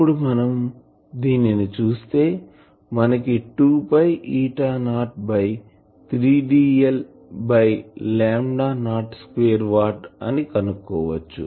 ఇప్పుడు మనం దీనిని చేస్తే మనకి 2 eta naught by 3 dl by lambda naught square watt అని కనుక్కోవచ్చు